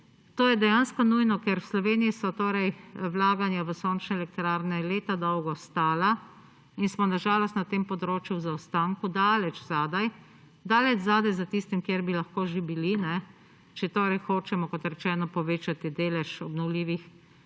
To je dejansko nujno, ker v Sloveniji so torej vlaganja v sončne elektrarne leta dolgo stala in smo na žalost na tem področju v zaostanku daleč zadaj za tistim, kjer bi lahko že bili, če torej hočemo kot rečeno povečati delež obnovljivih